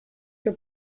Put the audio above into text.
can